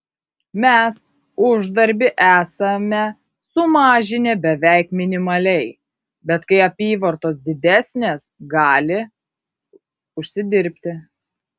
mes uždarbį esame sumažinę beveik minimaliai bet kai apyvartos didesnės gali užsidirbti